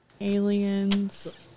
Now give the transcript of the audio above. Aliens